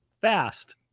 Fast